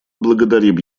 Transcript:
благодарим